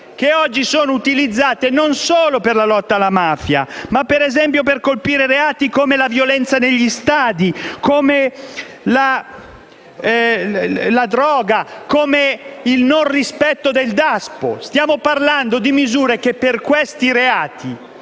che oggi sono utilizzate non solo per la lotta alla mafia ma - per esempio - per colpire reati come la violenza negli stadi, l'uso della droga e il mancato rispetto del DASPO. Stiamo parlando di misure che per questi reati